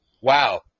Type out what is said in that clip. Wow